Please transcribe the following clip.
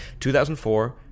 2004